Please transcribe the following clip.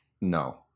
No